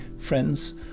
friends